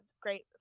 great